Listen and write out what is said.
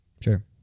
Sure